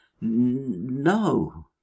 No